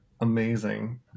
Amazing